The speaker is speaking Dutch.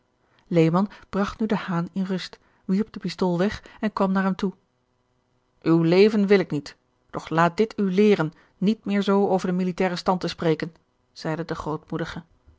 bragt nu de haan in rust wierp de pistool weg en kwam naar hem toe uw leven wil ik niet doch laat dit u leeren niet meer zoo over den militairen stand te spreken zeide de